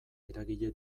eragile